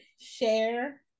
share